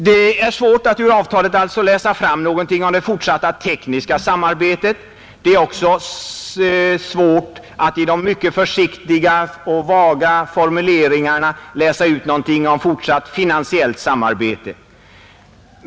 Det är svårt att ur avtalet läsa fram något om det fortsatta tekniska samarbetet. Det är också svårt att ur de mycket försiktiga och vaga formuleringarna läsa ut någonting om fortsatt finansiellt samarbete.